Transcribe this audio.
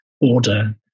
order